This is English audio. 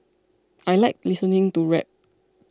I like listening to rap